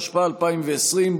התשפ"א 2020,